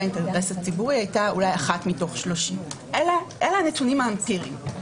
האינטרס הציבורי אולי 1 מתוך 30. אלה הנתונים האמפיריים.